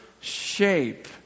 shape